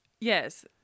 yes